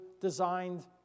designed